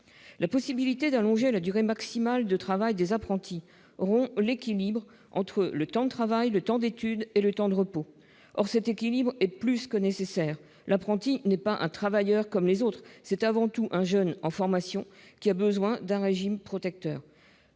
La possibilité d'allonger la durée maximale de travail des apprentis rompt l'équilibre entre le temps de travail, le temps d'études et le temps de repos. Or cet équilibre est plus que nécessaire : l'apprenti n'est pas un travailleur comme les autres, c'est avant tout un jeune en formation qui a besoin d'un régime protecteur.